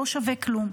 לא שווה כלום.